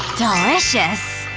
delicious.